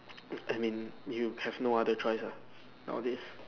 I mean you have no other choice ah nowadays